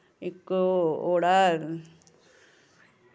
इक ओह्ड़ा